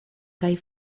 kaj